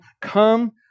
come